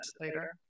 later